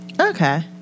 Okay